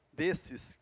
desses